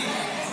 היא,